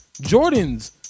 Jordan's